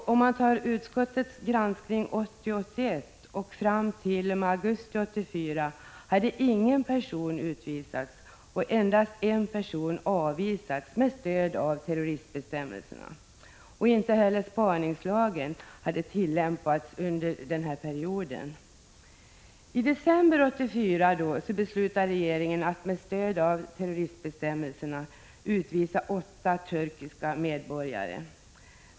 55 Sedan utskottets granskning 1980/81 och fram t.o.m. augusti 1984 hade ingen person utvisats och endast en person avvisats med stöd av terroristbestämmelserna. Spaningslagen hade över huvud taget inte tillämpats under denna period. I december 1984 beslöt regeringen att med stöd av terroristbestämmelsernaiutlänningslagen utvisa åtta turkiska medborgare.